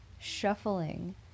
shuffling